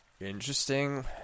interesting